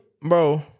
bro